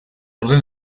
orden